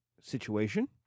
situation